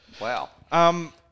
Wow